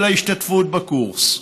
ההשתתפות בקורס.